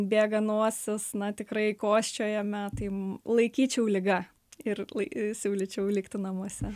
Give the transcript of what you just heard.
bėga nosis na tikrai kosčiojame tai laikyčiau liga ir lai siūlyčiau likti namuose